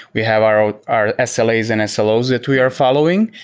we have our our ah sla's and slo's that we are following,